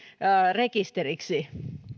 rekisteriksi